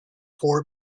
four